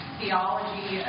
theology